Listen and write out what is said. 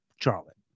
Charlotte